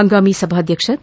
ಪಂಗಾಮಿ ಸಭಾದ್ಯಕ್ಷ ಕೆ